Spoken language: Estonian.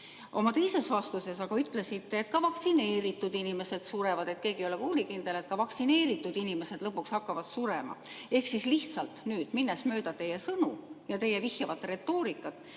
Oma teises vastuses aga ütlesite, et ka vaktsineeritud inimesed surevad, et keegi ei ole kuulikindel, ka vaktsineeritud inimesed hakkavad lõpuks surema. Ehk lihtsalt minnes mööda teie sõnu ja teie vihjavat retoorikat: